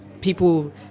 people